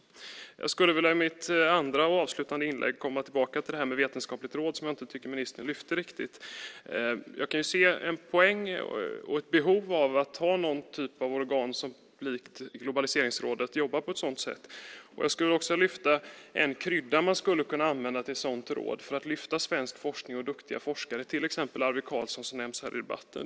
Jag vill i mitt andra och avslutande inlägg komma tillbaka till frågan om ett vetenskapligt råd som jag inte tyckte att ministern riktigt lyfte fram. Jag kan se en poäng i och ett behov av att ha någon typ av organ som likt Globaliseringsrådet jobbar på ett sådant sätt. Jag vill också lyfta fram frågan om en krydda som man skulle kunna använda till ett sådant råd för att lyfta svensk forskning och duktiga forskare som till exempel Arvid Carlsson som nämns här i debatten.